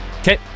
okay